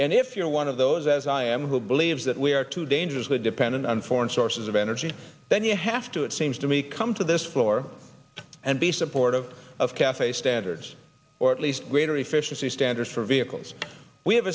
and if you're one of those as i am who believes that we are too dangerously dependent on foreign sources of energy then you have to it seems to me come to this floor and be supportive of cafe standards or at least greater efficiency standards for vehicles we have